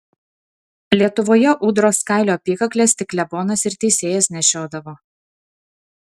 lietuvoje ūdros kailio apykakles tik klebonas ir teisėjas nešiodavo